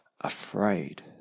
afraid